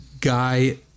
guy